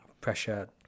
pressure